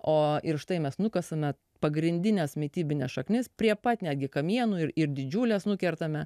o ir štai mes nukasame pagrindinės mitybinės šaknis prie pat netgi kamienų ir didžiulės nukertame